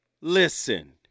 listen